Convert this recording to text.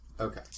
Okay